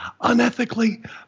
unethically